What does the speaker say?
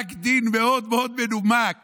פסק דין מאוד מאוד מנומק